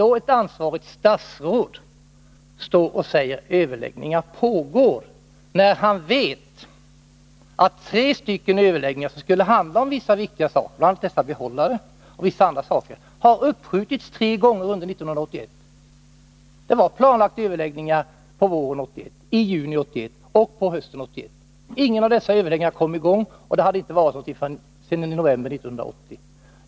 Att ett ansvarigt statsråd då står och säger att ”överläggningar pågår”, när han vet att viktiga överläggningar, som skulle gälla vissa väsentliga saker — bl.a. dessa behållare — har uppskjutits tre gånger under 1981, det är svagt. Det var planlagt att överläggningar skulle hållas på våren 1981, i juni 1981 och på hösten 1981. Ingen av dessa överläggningar kom i gång, och det har inte varit några överläggningar sedan i november 1980.